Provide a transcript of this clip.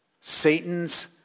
Satan's